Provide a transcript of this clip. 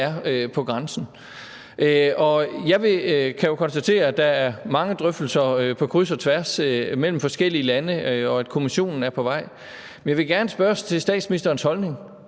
på grænsen. Jeg kan jo konstatere, at der er mange drøftelser på kryds og tværs mellem forskellige lande, og at Kommissionen er på vej med noget, men jeg vil gerne spørge til statsministerens holdning: